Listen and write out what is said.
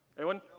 anyone?